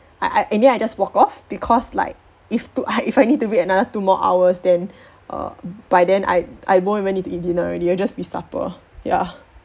I I and then I just walk off because like if to if I need to wait another two more hours then err by then I I won't even need to eat dinner already it'll just be supper ya